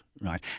right